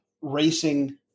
racing